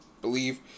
Believe